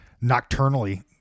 nocturnally